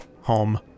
home